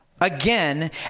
again